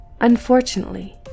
Unfortunately